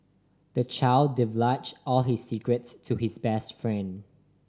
the child divulged all his secrets to his best friend